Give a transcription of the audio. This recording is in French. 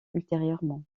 ultérieurement